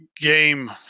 game